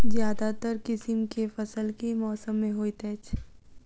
ज्यादातर किसिम केँ फसल केँ मौसम मे होइत अछि?